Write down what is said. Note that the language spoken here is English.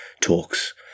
talks